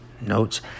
notes